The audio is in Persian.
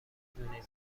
دونین